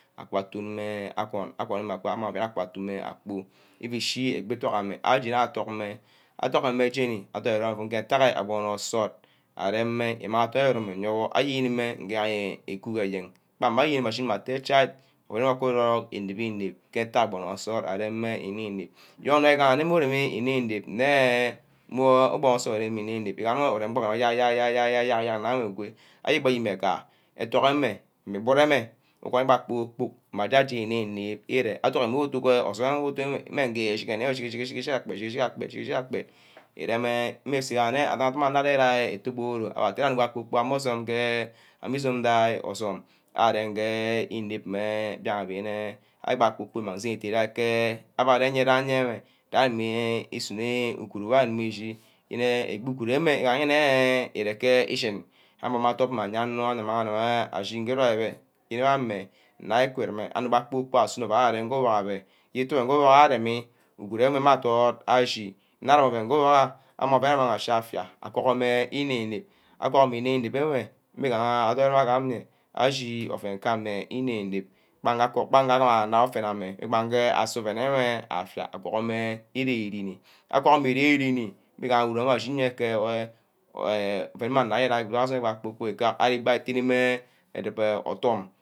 Akak aton mme awon amang oven wo aton mme agpor ishi egbe ìduck amme. athok mme. athok mme jeni nge adorn îromwor întack enh abonor nsort aremᛌme adorn îromrome íyewor ayenímme ìnga îku ke ayen kpama ayení ímme atte chai kakorock ìnep-ínep. mme ntack abonor însort areme înem-nem igodono amah remî inep-inep mme aborno îsort arem mma înep-inep igaha arem îsort ya ya ya yack îgo ayenba ayeneka ethotk ame mme îburo ame îwai mme kpor-kpork oven mma j̀aj́eni we înep îreathork wor îthock ke orsume íme iremene shishini akpet. shishini akpet îreme mmusu îgane adim adim'mme atho kporkoro abe atte ano kporkpork ame îsunnne dáí ôsume arem nge înep mme mbia՚abe ari kpor kpork îmag sene îje idack ke ari ísuno uguru wor ar̂i îdim îshe yene egbor uguru amme arear îdack ke íshín ame'mma adop mme aye onor amang mme ashi nge ìrom bae wîram mme nna ukurume ano kpor-kpork aver sunno avon abbeh arem ke orbuck abe. íter oven ke or buck aremi uguru wor mme adort ashi nap oven mme adorn evom rome wo agam nne. íshí oven ka amme înep-înep bank nge ana anad ufen amme mme gear asa oven ayo afîaha agurome irenrenne a guro mme îren-îrenneh mme uguru wor ashine ke ufen wor arena nna kpor-kpork arem atineme adumo ordum